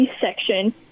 section